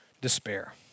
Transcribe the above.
despair